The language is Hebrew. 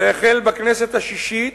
זה החל בכנסת השישית,